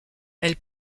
elle